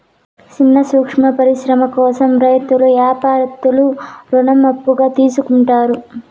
సిన్న సూక్ష్మ పరిశ్రమల కోసం రైతులు యాపారత్తులు రుణం అప్పుగా తీసుకుంటారు